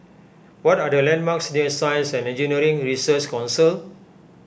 what are the landmarks near Science and Engineering Research Council